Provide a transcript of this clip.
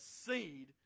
seed